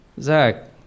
Zach